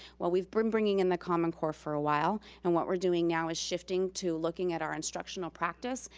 well, we've been bringing in the common core for a while, and what we're doing now is shifting to looking at our instructional practice,